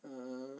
err